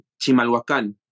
chimalhuacan